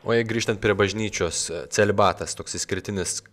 o jei grįžtant prie bažnyčios celibatas toks išskirtinis